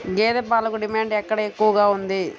గేదె పాలకు డిమాండ్ ఎక్కడ ఎక్కువగా ఉంది?